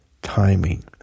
timing